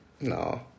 no